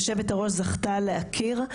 יו"ר הוועדה זכתה להכיר,